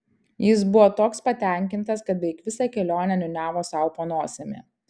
jis buvo toks patenkintas kad beveik visą kelionę niūniavo sau po nosimi